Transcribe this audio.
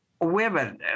women